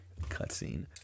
cutscene